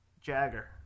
Jagger